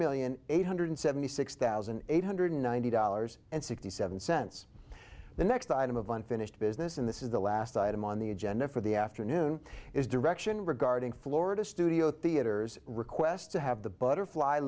million eight hundred seventy six thousand eight hundred ninety dollars and sixty seven cents the next item of unfinished business in this is the last item on the agenda for the afternoon is direction regarding florida studio theatre's request to have the butterfly